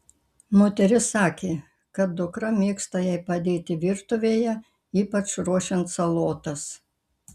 moteris sakė kad dukra mėgsta jai padėti virtuvėje ypač ruošiant salotas